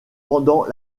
pendant